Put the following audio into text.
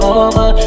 over